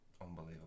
Unbelievable